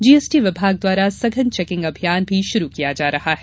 GST विभाग द्वारा संघन चेकिंग अभियान भी शुरु किया जा रहा है